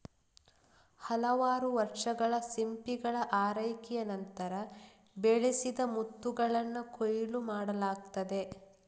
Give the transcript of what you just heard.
ಹಲವಾರು ವರ್ಷಗಳ ಸಿಂಪಿಗಳ ಆರೈಕೆಯ ನಂತರ, ಬೆಳೆಸಿದ ಮುತ್ತುಗಳನ್ನ ಕೊಯ್ಲು ಮಾಡಲಾಗ್ತದೆ